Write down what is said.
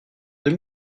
deux